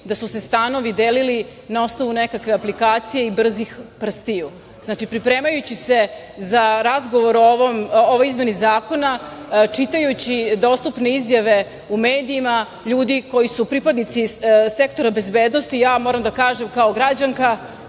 da su se stanovi delili na osnovu nekakve aplikacije i brzih prstiju. Znači, pripremajući se za razgovor o ovoj izmeni zakona, čitajući dostupne izjave u medijima ljudi koji su pripadnici sektora bezbednosti, ja moram da kažem kao građanka